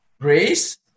grace